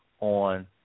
on